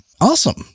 Awesome